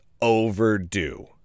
overdue